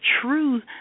true